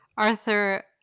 Arthur